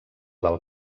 del